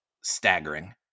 staggering